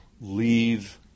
leave